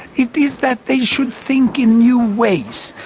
it is that they should think in new ways.